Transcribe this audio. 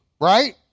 Right